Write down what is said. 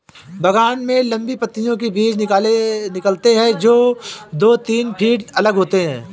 बागान में लंबी पंक्तियों से बीज निकालते है, जो दो तीन फीट अलग होते हैं